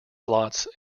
slots